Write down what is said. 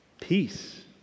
peace